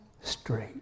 straight